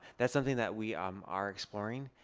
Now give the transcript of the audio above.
that's something that we um are exploring.